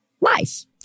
life